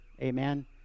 Amen